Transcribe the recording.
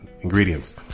ingredients